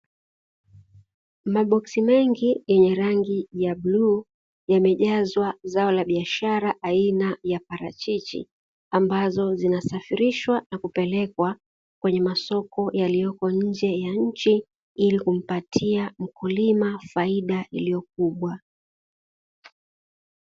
Maboksi mengi yenye rangi ya bluu yamejazwa zao la biashara aina ya parachichi, ambazo zinasafirishwa na kupelekwa kwenye masoko yaliyoko nje ya nchi ili kumpatia mkulima faida iliyo kubwa.